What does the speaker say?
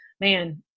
Man